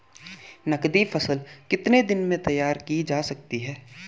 नगदी फसल कितने समय में तैयार की जा सकती है?